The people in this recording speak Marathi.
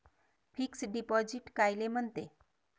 फिक्स डिपॉझिट कायले म्हनते?